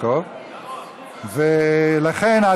הרשויות המקומיות (ביטול סמכות שר הפנים לעניין חוקי